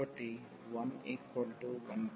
కాబట్టి 111y అంటే 1y1